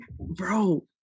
Bro